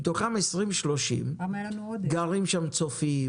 מתוכם ב-20 30 דירות גרים הצופים